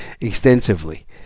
extensively